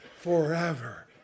forever